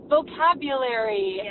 vocabulary